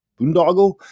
boondoggle